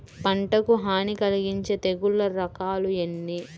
పంటకు హాని కలిగించే తెగుళ్ళ రకాలు ఎన్ని?